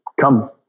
come